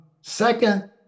Second